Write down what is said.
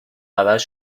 عوض